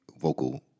vocal